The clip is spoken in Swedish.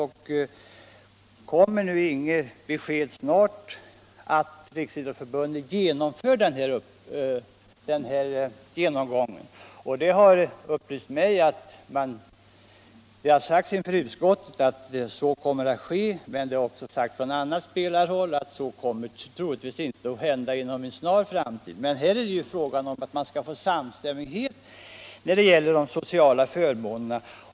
Det har sagts inför utskottet att Riksidrottsförbundet kommer att verkställa den här genomgången snart. Men från annat spelarhåll har uttalats att det troligtvis inte kommer att bli gjort inom en snar framtid. Här är det emellertid fråga om samstämmighet när det gäller de sociala förmånerna.